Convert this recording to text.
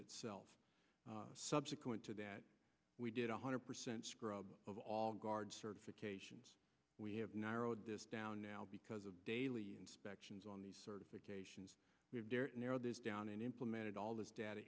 itself subsequent to that we did one hundred percent scrub of all guard certifications we have narrowed this down now because of daily inspections on these certifications narrow this down and implemented all this data